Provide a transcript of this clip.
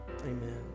amen